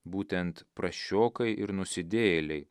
būtent prasčiokai ir nusidėjėliai